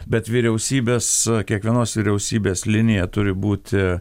bet vyriausybėss kiekvienos vyriausybės linija turi būti